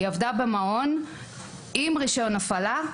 היא עבדה במעון עם רישיון הפעלה,